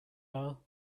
are